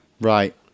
right